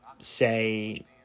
say